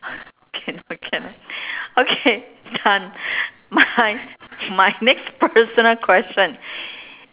cannot cannot okay done my my next personal question